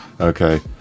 Okay